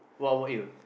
what about you